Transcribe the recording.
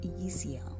easier